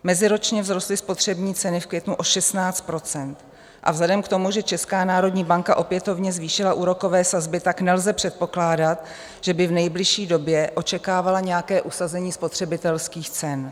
Meziročně vzrostly spotřební ceny v květnu o 16 % a vzhledem k tomu, že Česká národní banka opětovně zvýšila úrokové sazby, tak nelze předpokládat, že by v nejbližší době očekávala nějaké usazení spotřebitelských cen.